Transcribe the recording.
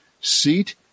seat